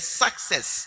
success